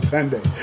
Sunday